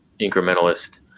incrementalist